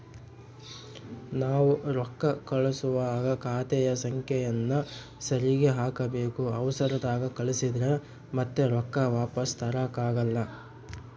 ನಾವು ರೊಕ್ಕ ಕಳುಸುವಾಗ ಖಾತೆಯ ಸಂಖ್ಯೆಯನ್ನ ಸರಿಗಿ ಹಾಕಬೇಕು, ಅವರ್ಸದಾಗ ಕಳಿಸಿದ್ರ ಮತ್ತೆ ರೊಕ್ಕ ವಾಪಸ್ಸು ತರಕಾಗಲ್ಲ